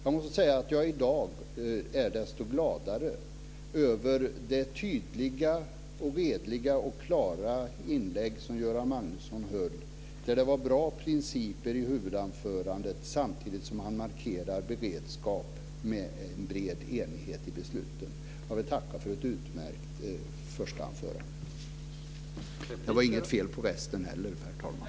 Jag måste säga att jag i dag är desto gladare över det tydliga, redliga och klara inlägg som Göran Magnusson hade. Det var bra principer i huvudanförandet samtidigt som han markerade beredskap med en bred enighet i beslutet. Jag vill tacka för ett utmärkt första anförande - och det var inget fel på resten heller, herr talman!